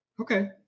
Okay